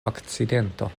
akcidento